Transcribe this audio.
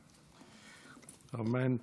אמן.